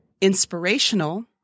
inspirational